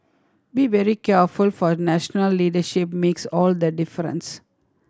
be very careful for national leadership makes all the difference